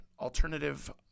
alternative